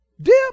Dip